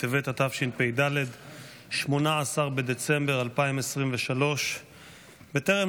בטבת התשפ"ד / 18 ו-20 בדצמבר 2023 / 10 חוברת י'